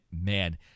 man